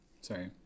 Sorry